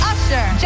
Usher